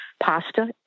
pasta